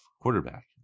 quarterback